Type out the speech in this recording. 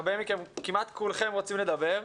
כמעט כולכם רוצים לדבר.